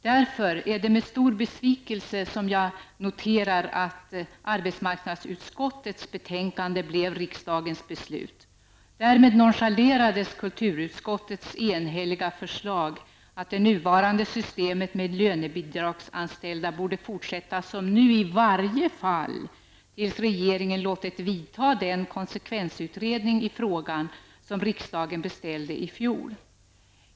Därför är det med stor besvikelse som jag noterar att förslaget i arbetsmarknadsutskottets betänkande blev riksdagens beslut. Därmed nonchalerades kulturutskottets enhälliga förslag att det nuvarande systemet med lönebidragsanställda skulle fortsätta som nu, i varje fall tills regeringen låtit vidta den konsekvensutredning i frågan som riksdagen i fjol beställde.